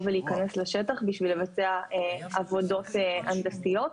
ולהיכנס לשטח בשביל לבצע עבודות הנדסיות,